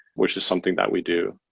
which is something that we do.